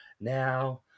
now